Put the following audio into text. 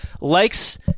likes